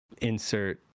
Insert